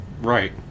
right